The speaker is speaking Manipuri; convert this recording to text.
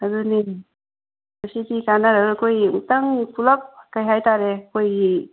ꯑꯗꯨꯅꯤ ꯁꯤ ꯁꯤ ꯇꯥꯟꯅꯔꯒ ꯑꯩꯈꯣꯏꯒꯤ ꯑꯃꯨꯛꯇꯪ ꯄꯨꯂꯞ ꯀꯔꯤ ꯍꯥꯏꯇꯔꯦ ꯑꯩꯈꯣꯏꯒꯤ